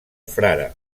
frare